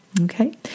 Okay